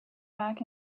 back